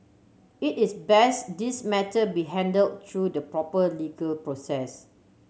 it is best this matter be handle through the proper legal process